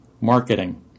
Marketing